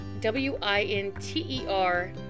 W-I-N-T-E-R